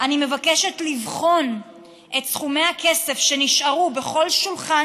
אני מבקשת לבחון את סכומי הכסף שנשארו בכל שולחן